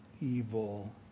evil